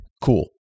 cool